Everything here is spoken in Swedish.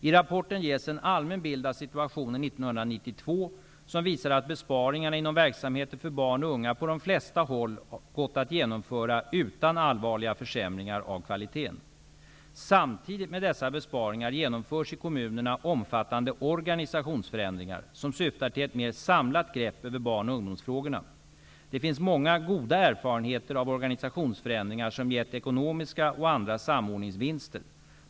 I rapporten ges en allmän bild av situationen 1992, som visar att besparingarna inom verksamheter för barn och unga på de flesta håll gått att genomföra utan allvarliga försämringar av kvaliteten. Samtidigt med dessa besparingar genomförs i kommunerna omfattande organisationsförändringar, som syftar till ett mera samlat grepp över barn och ungdomsfrågorna. Det finns många goda erfarenheter av organisationsförändringar som har givit ekonomiska och andra samordningsvinster.